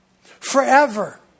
Forever